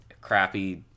crappy